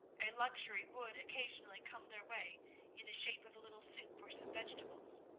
a luxury would occasionally come their way in the shape of a little soup or some vegetables,